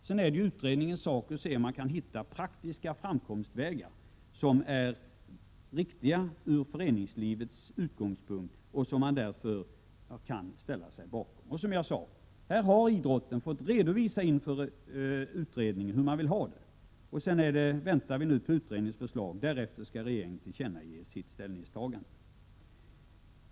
Sedan är det utredningens sak att undersöka om man kan hitta praktiska framkomstvägar som är riktiga från föreningslivets utgångspunkter och som man därför kan ställa sig bakom. Som jag sade har idrottsrörelsen fått redovisa inför utredningen hur man vill ha det. Nu får vi vänta på utredningens förslag, och därefter skall regeringen tillkännage sitt ställningstagande.